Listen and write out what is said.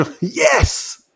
Yes